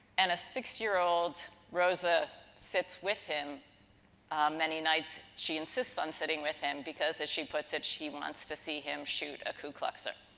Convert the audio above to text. and a six year old rosa sits with him many nights. she insists on sitting with him because, as she puts it, she wants to see shoot a ku kluxer.